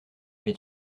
mais